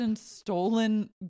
stolen